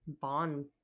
bond